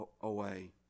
away